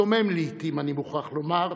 הדומם לעיתים, אני מוכרח לומר,